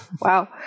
wow